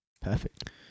Perfect